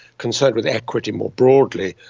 concerned with equity more broadly,